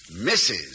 Mrs